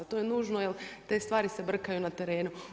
To je nužno jer te stvari se brkaju na terenu.